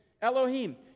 Elohim